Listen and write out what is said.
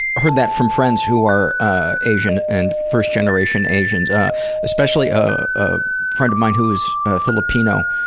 heard that from friends who are ah asian, and first-generation asians, ah especially ah a friend of mine who is filipino,